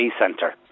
Centre